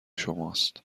شماست